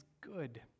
good